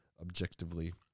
objectively